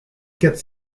quatre